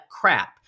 crap